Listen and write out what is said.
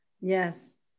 Yes